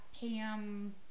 Pam